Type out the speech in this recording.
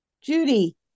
Judy